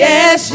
Yes